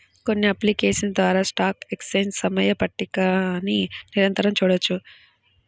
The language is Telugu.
కొన్ని అప్లికేషన్స్ ద్వారా స్టాక్ ఎక్స్చేంజ్ సమయ పట్టికని నిరంతరం చూడొచ్చు